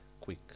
quick